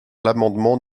l’amendement